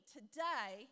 today